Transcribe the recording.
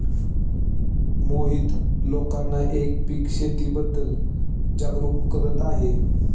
मोहित लोकांना एकल पीक शेतीबद्दल जागरूक करत आहे